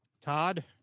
Todd